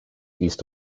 east